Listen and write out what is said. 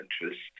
interest